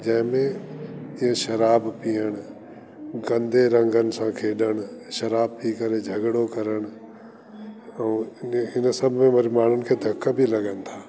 जंहिंमें हीअ शराब पीअण गंदे रंगन सां खेॾणु शराब पी करे झगड़ो करणु ऐं इन्हीअ नशे में माण्हुनि खे धक बि लॻनि था